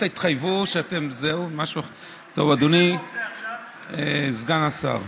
אדוני סגן השר,